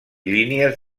línies